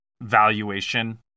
valuation